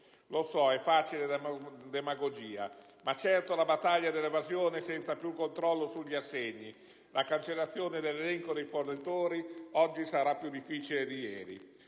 Lo so, è facile demagogia, ma certo la battaglia all'evasione senza più controllo sugli assegni e la cancellazione dall'elenco dei fornitori oggi sarà più difficile di ieri.